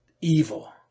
evil